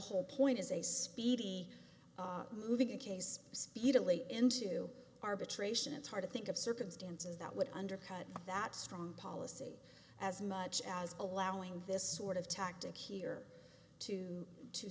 whole point is a speedy moving a case speedily into arbitration it's hard to think of circumstances that would undercut that strong policy as much as allowing this sort of tactic here to to